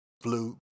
flute